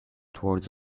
toward